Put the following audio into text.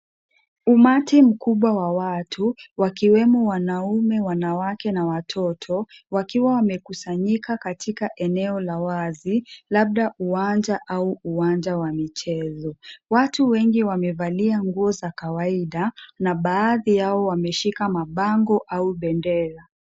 Umati mkubwa wa watu, wakiwemo wanaume, wanawake na watoto, wakiwa wamekusanyika katika eneo la wazi labda uwanja au uwanja wa michezo. Watu wengi wamevalia nguo za kawaida na baadhi yao wameshika mabango au bendera.